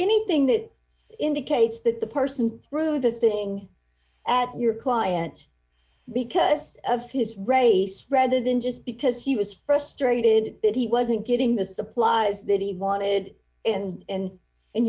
anything that indicates that the person through the thing that your client because of his race rather than just because he was frustrated that he wasn't getting the supplies that he wanted and